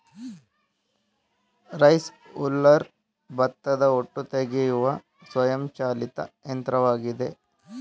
rice huller ಭತ್ತದ ಹೊಟ್ಟು ತೆಗೆಯುವ ಸ್ವಯಂ ಚಾಲಿತ ಯಂತ್ರವಾಗಿದೆ